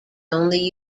only